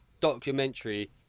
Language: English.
documentary